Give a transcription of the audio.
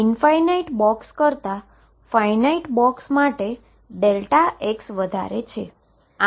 તેથીઈન્ફાઈનાઈટ box કરતાં finite box માટે Δx વધારે છે